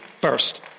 first